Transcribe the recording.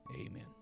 amen